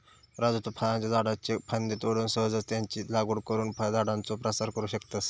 राजू तु फळांच्या झाडाच्ये फांद्ये तोडून सहजच त्यांची लागवड करुन फळझाडांचो प्रसार करू शकतस